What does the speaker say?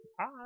Hi